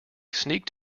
sneaked